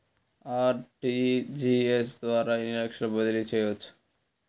RTGS ద్వారా ఎన్ని లక్షలు బదిలీ చేయవచ్చు?